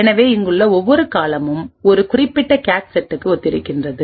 எனவே இங்குள்ள ஒவ்வொரு காலமும் ஒரு குறிப்பிட்ட கேச் செட்டுக்கு ஒத்திருக்கிறது